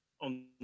on